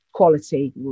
Quality